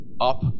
up